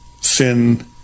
sin